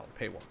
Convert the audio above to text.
paywall